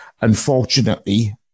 Unfortunately